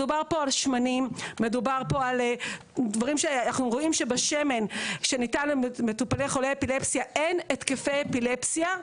אנחנו רואים שעם השמן שניתן לחולי אפילפסיה אין התקפי אפילפסיה,